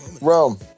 rome